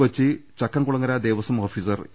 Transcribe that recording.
Kochi Chakkamkulangara Devaswom officer A